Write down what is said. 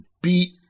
beat